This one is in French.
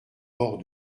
hors